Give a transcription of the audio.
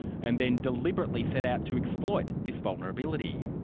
and then deliberately set out to exploit this vulnerability.